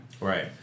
Right